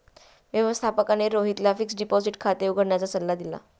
व्यवस्थापकाने रोहितला fixed deposit खाते उघडण्याचा सल्ला दिला